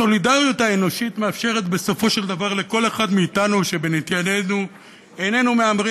הסולידריות האנושית מאפשרת בסופו של דבר לכל אחד מאתנו שאיננו מהמרים,